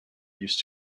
used